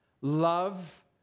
Love